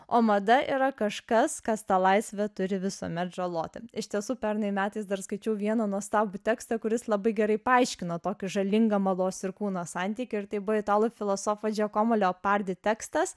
o mada yra kažkas kas tą laisvę turi visuomet žaloti iš tiesų pernai metais dar skaičiau vieną nuostabų tekstą kuris labai gerai paaiškino tokį žalingą mados ir kūno santykį ir tai buvo italų filosofo džiakomo leopardi tekstas